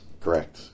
Correct